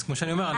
אז כמו שאני אומר,